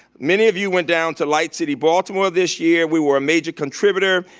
many of you went down to light city baltimore this year. we were a major contributor,